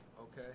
okay